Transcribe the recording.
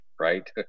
Right